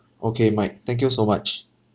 okay mike thank you so much